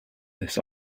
this